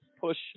push